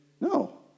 No